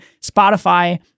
Spotify